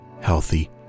healthy